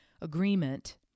agreement